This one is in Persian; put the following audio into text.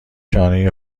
شانه